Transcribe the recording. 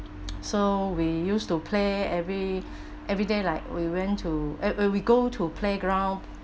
so we used to play every everyday like we went to uh uh we go to playground